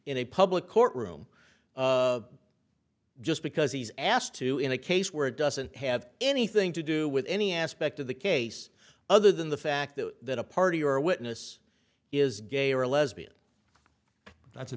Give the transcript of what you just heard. in a public courtroom just because he's asked to in a case where it doesn't have anything to do with any aspect of the case other than the fact that a party or a witness is gay or lesbian that's a